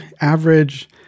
average